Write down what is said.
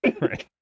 Right